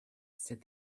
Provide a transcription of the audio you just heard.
said